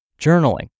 journaling